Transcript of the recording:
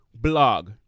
blog